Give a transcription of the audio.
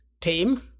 team